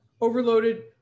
overloaded